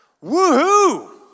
Woo-hoo